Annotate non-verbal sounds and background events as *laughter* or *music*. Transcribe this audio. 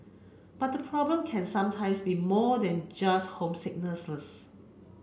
but the problem can sometimes be more than just homesickness *unintelligible*